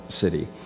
city